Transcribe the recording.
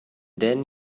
then